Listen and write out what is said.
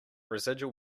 residual